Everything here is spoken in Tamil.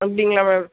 அப்படிங்களா மேம்